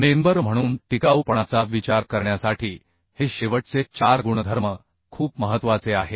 member म्हणून टिकाऊपणाचा विचार करण्यासाठी हे शेवटचे चार गुणधर्म खूप महत्वाचे आहेत